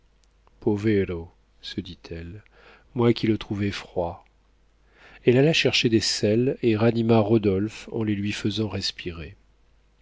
povero se dit-elle moi qui le trouvais froid elle alla chercher des sels et ranima rodolphe en les lui faisant respirer